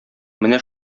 менә